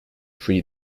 free